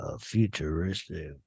futuristic